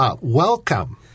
Welcome